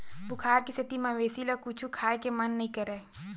बुखार के सेती मवेशी ल कुछु खाए के मन नइ करय